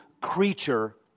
creature